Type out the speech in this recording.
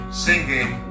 singing